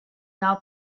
now